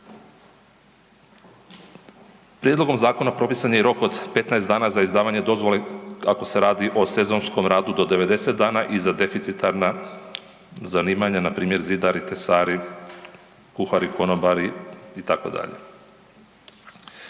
Prijedlogom zakona propisan je i rok od 15 dana za izdavanje dozvole ako se radi o sezonskom radu do 90 dana i za deficitarna zanimanja npr. zidari, tesari, kuhari, konobari itd.